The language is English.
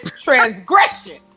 transgression